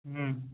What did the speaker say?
হুম